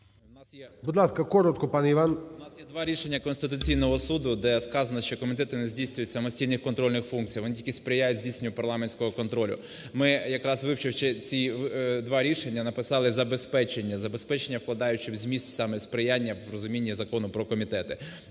У нас є два рішення Конституційного Суду, де сказано, що комітет не здійснює самостійних контрольних функцій, він тільки сприяє здійсненню парламентського контролю. Ми якраз, вивчивши ці два рішення, написали забезпечення, забезпечення, вкладаючи в зміст саме сприяння в розумінні Закону про комітети.